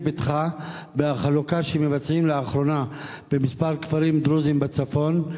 ביתך" בחלוקה שמבצעים לאחרונה במספר כפרים דרוזיים בצפון.